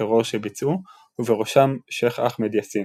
הטרור שביצעו, ובראשם שייח' אחמד יאסין.